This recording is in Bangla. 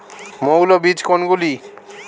মৌল বীজ কোনগুলি?